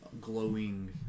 glowing